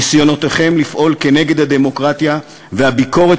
ניסיונותיכם לפעול נגד הדמוקרטיה והביקורת